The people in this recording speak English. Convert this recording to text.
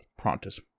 Prontus